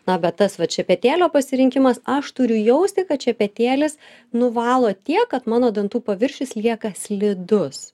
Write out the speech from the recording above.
na bet tas vat šepetėlio pasirinkimas aš turiu jausti kad šepetėlis nuvalo tiek kad mano dantų paviršius lieka slidus